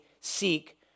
seek